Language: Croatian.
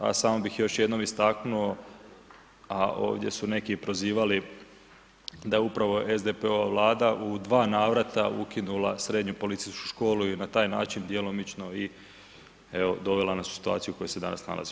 A samo bih još jednom istaknuo, a ovdje su neki prozivali da je upravo SDP-ova vlada u dva navrata ukinula srednju policijsku školu i na taj način djelomično i evo dovela nas u situaciju u kojoj se danas nalazimo.